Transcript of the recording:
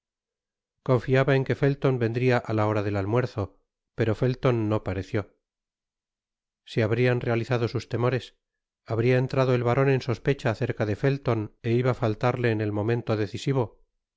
confiaba en que felton vendria á la hora del almuerzo pero felton no pareció se habrian realizado sus temores habria entrado el baron en sospecha acerca de felton é iba á faltarle en el momento decisivo aun